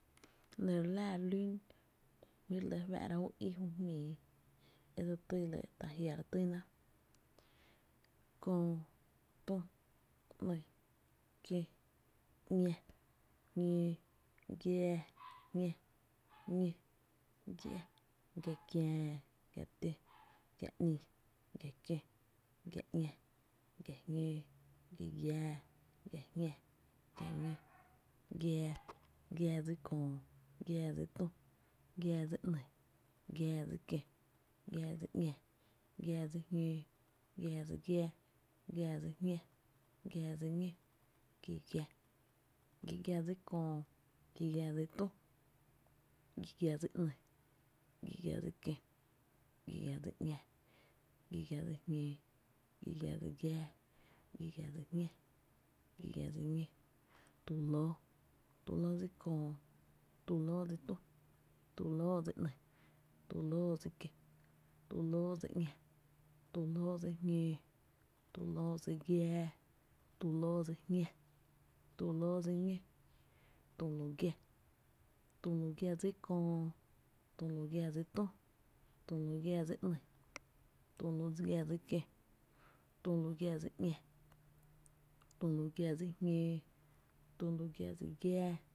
Dse li laa re lún jmí’ re lɇ fáá’raá’ u í ju jmíi e re týna ta jiáá’ re tyna: köö, Tü, ‘ní, kiǿ, ‘ñá, jñóó, giaa, jñá, ñó, giá, giakiää, gia tǿ, gia ‘ni, gia kiǿ, gia ‘ñá, gia jñǿǿ, gi giaa, gia jñá, gia ñó, giaa, giaa dsí Köö, giaa dsí tü, giaa dsí ‘ní, giaa dsí kiǿ, giaa dsí ‘ñá, giaa dsí jñǿǿ, gia dsí giáá, gia dsí jñá, gia dsí ñó, gi giⱥ, gi giⱥ dsí köö, gi giⱥ dsí tü, gi giⱥ dsí ‘ni, gi giⱥ dsí kió, gi giⱥ dsí ‘ñá, gi giⱥ dsí jñǿǿ, gi giⱥ dsí giáá, gi giⱥ dsí jñá, gi giⱥ dsí ñó, tu lǿǿ, tu lǿǿ dsi köö, tu lǿǿ dsi tü, tu lǿǿ dsi ‘ni, tu lǿǿ dsi kió, tu lǿǿ dsi ‘ñá, tu lǿǿ dsi jñǿǿ, tu lǿǿ dsi giaa, tu lǿǿ dsi jñá, tu lǿǿ dsi ñó, tü lu giá, tü lu giá dsí köö, tü lu giá dsi tü, tü lu giá dsi ´ni, tü lu giá dsi kió, tü lu giá dsi ´ñá, tü lu giá dsi jñǿǿ, tü lu giá dsi giaa